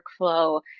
workflow